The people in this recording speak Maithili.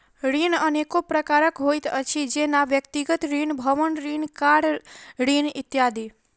ऋण अनेको प्रकारक होइत अछि, जेना व्यक्तिगत ऋण, भवन ऋण, कार ऋण इत्यादि